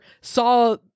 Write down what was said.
saw